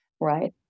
Right